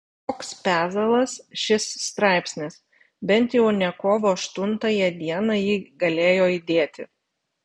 koks pezalas šis straipsnis bent jau ne kovo aštuntąją dieną jį galėjo įdėti